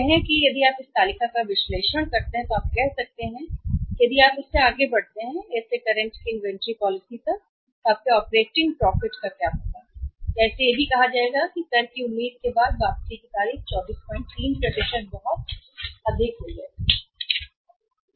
यह कहें कि यदि आप इस तालिका का विश्लेषण करते हैं तो आप कह सकते हैं कि यदि आप इससे आगे बढ़ते हैं A से करंट की इन्वेंटरी पॉलिसी तब आपके ऑपरेटिंग प्रॉफिट का क्या होगा या इसे भी कहा जाएगा कर की उम्मीद के बाद वापसी की तारीख 243 बहुत अधिक हो जाएगी